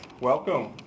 welcome